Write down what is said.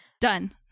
Done